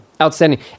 Outstanding